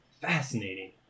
Fascinating